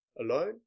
alone